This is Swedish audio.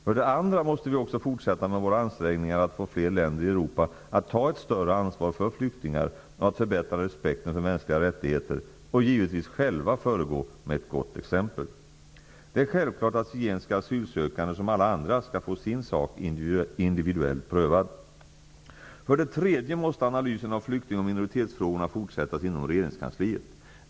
För det andra måste vi också fortsätta med våra ansträngningar att få fler länder i Europa att ta ett större ansvar för flyktingar och att förbättra respekten för mänskliga rättigheter. Givetvis skall vi själva föregå med gott exempel. Det är självklart att zigenska asylsökande, som alla andra, skall få sin sak individuellt prövad. För det tredje måste analysen av flykting och minoritetsfrågorna fortsättas inom regeringskansliet.